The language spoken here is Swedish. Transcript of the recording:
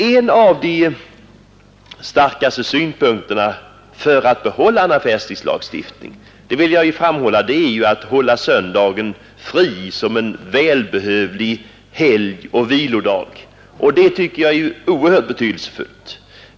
En av de starkaste synpunkterna för att behålla en affärstidslagstiftning är att hålla söndagen fri som en välbehövlig helgoch vilodag, och det tycker jag är oerhört betydelsefullt.